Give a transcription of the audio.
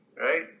right